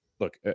Look